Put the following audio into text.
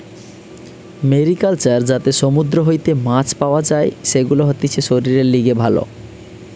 mariculture যাতে সমুদ্র হইতে মাছ পাওয়া যাই, সেগুলা হতিছে শরীরের লিগে ভালো